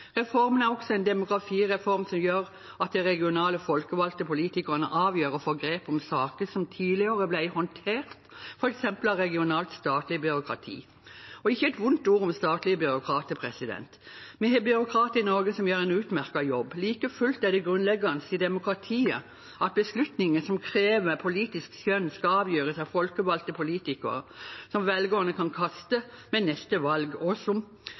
Reformen er også en demokratireform som gjør at de regionale folkevalgte politikerne avgjør og får grep om saker som tidligere ble håndtert f.eks. av regionalt statlig byråkrati. Og ikke et vondt ord om statlige byråkrater! Vi har byråkrater i Norge som gjør en utmerket jobb. Like fullt er det grunnleggende i demokratiet at beslutninger som krever politisk skjønn, skal avgjøres av folkevalgte politikere som velgerne kan kaste ved neste valg, og som